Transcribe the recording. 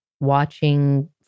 watching